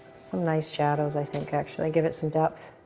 some nice shadows i think, actually give it some depth.